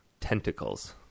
Tentacles